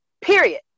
Period